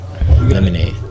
Lemonade